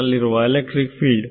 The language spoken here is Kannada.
ನಲ್ಲಿರುವ ಎಲೆಕ್ಟ್ರಿಕ್ ಫೀಲ್ಡ್